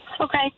Okay